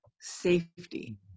Safety